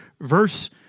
verse